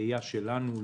הראייה שלנו.